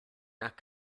not